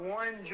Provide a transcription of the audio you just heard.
one